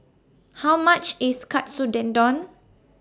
How much IS Katsu Tendon